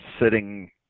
sitting